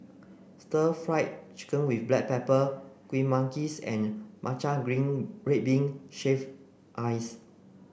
stir fry chicken with black pepper Kuih Manggis and Matcha red bean shaved ice